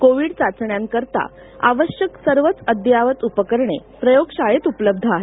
Covid चाचण्यांकरिता आवश्यक सर्वच अद्ययावत उपकरणे प्रयोगशाळेत उपलब्ध आहेत